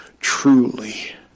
Truly